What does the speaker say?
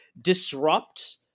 disrupt